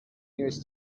years